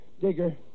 Digger